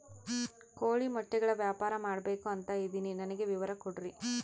ಕೋಳಿ ಮೊಟ್ಟೆಗಳ ವ್ಯಾಪಾರ ಮಾಡ್ಬೇಕು ಅಂತ ಇದಿನಿ ನನಗೆ ವಿವರ ಕೊಡ್ರಿ?